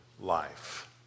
life